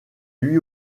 lui